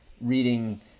reading